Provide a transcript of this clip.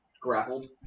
grappled